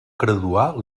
graduar